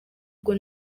ubwo